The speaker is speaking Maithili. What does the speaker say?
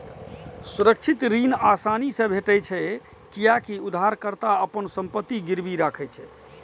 सुरक्षित ऋण आसानी से भेटै छै, कियै ते उधारकर्ता अपन संपत्ति गिरवी राखै छै